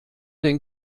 den